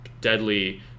deadly